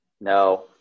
No